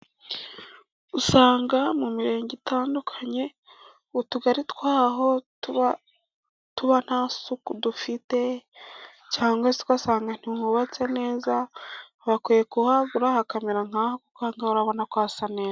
Usanga mu mirenge itandukanye, utugari twaho tuba nta suku dufite, cyangwa se ugasanga ntihubatse neza, bakwiye kuhagura hakamera nk'aha kuko aha urabona ko hasa neza.